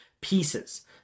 pieces